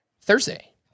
Thursday